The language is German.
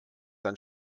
dann